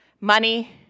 Money